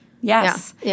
Yes